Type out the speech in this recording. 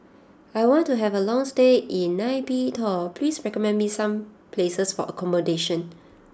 I want to have a long stay in Nay Pyi Taw please recommend me some places for accommodation